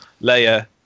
Leia